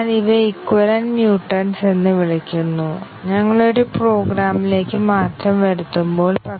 ഇപ്പോൾ നമുക്ക് data flow testing എന്ന് വിളിക്കപ്പെടുന്ന ഒരു സുപ്രധാന വൈറ്റ് ബോക്സ് ടെസ്റ്റിംഗ് ടെക്നിക് നോക്കാം